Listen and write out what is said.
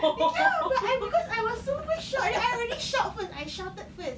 ya but I because I was super shock then I already shout first I shouted first